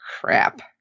crap